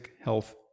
health